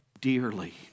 dearly